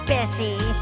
Bessie